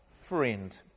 friend